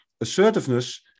Assertiveness